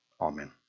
Amen